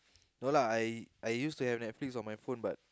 no lah I I used to have Netflix on my phone but